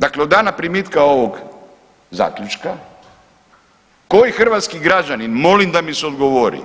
Dakle od dana primitka ovog zaključka koji hrvatski građani, molim da mi se odgovori